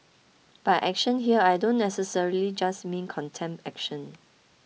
by action here I don't necessarily just mean contempt action